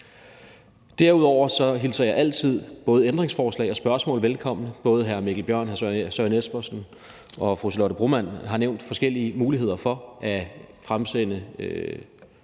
Derudover hilser jeg altid både ændringsforslag og spørgsmål velkommen. Både hr. Mikkel Bjørn, hr. Søren Espersen og fru Charlotte Broman Mølbæk har nævnt forskellige muligheder for at fremsende